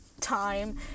time